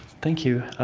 thank you.